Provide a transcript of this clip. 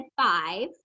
five